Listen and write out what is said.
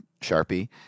Sharpie